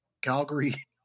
Calgary